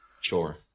Sure